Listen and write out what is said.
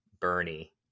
Bernie